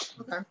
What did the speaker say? Okay